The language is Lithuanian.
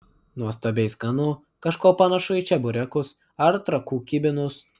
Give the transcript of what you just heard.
nuostabiai skanu kažkuo panašu į čeburekus ar trakų kibinus